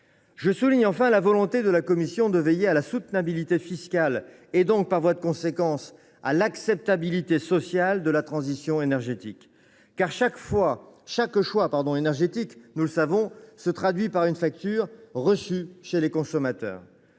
Je salue enfin la volonté de la commission de veiller à la soutenabilité fiscale et, par voie de conséquence, à l’acceptabilité sociale de la transition énergétique. Car chaque choix énergétique, nous le savons, se traduit par une facture adressée aux consommateurs.